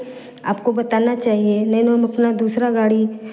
आपको बताना चाहिए नहीं ना हम अपना दूसरा गाड़ी